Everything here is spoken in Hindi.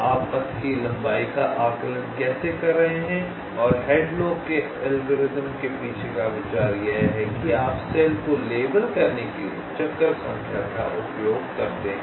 तो आप पथ की लंबाई का आकलन कैसे कर रहे हैं और हैडलॉक के एल्गोरिथ्म के पीछे का विचार यह है कि आप सेल को लेबल करने के लिए चक्कर संख्या का उपयोग करते हैं